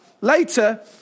Later